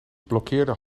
blokkeerde